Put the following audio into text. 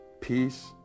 peace